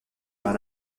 par